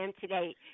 today